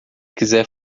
quiser